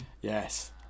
Yes